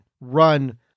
run –